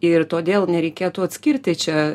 ir todėl nereikėtų atskirti čia